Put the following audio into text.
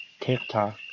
TikTok